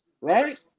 right